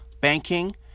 banking